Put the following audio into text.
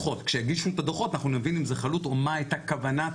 כשיגישו את הדוחות אנחנו נבין אם זה חלוט או מה הייתה כוונת